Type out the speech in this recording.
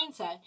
mindset